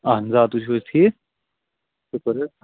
اَہَن آ تُہۍ چھُو حظ ٹھیٖک شُکُر حظ